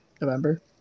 November